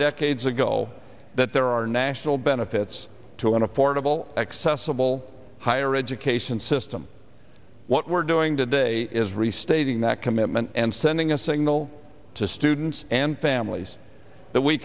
decades ago that there are national benefits to an affordable accessible higher education system what we're doing today is restating that commitment and sending a signal to students and families that we